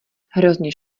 hrozně